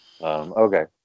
okay